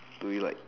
do you like